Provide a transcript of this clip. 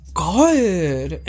god